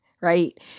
right